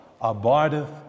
abideth